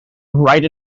right